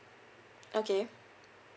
okay